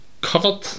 covered